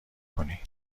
کنی